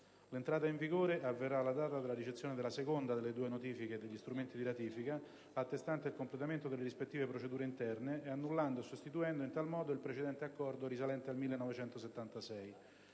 L'entrata in vigore avverrà alla data della ricezione della seconda delle due notifiche e degli strumenti di ratifica attestante il completamento delle rispettive procedure interne e annullando e sostituendo, in tal modo, il precedente Accordo risalente al 1976.